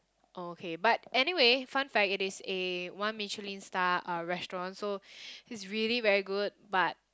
oh okay but anyway fun fact it is a one Michelin star restaurant so it's really very good but